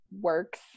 works